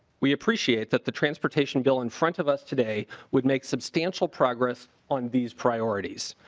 we appreciate that the transportation bill in front of us today would make substantial progress on these priorities.